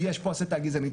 יש פה הסתה גזענית,